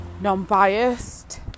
non-biased